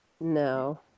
No